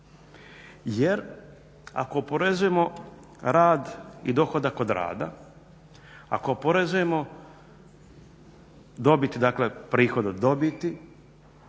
Jer ako oporezujemo rad i dohodak od rada, ako oporezujemo dobiti,